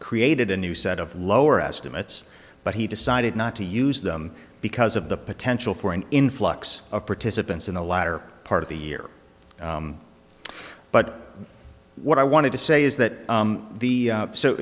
created a new set of lower estimates but he decided not to use them because of the potential for an influx of participants in the latter part of the year but what i wanted to say is that the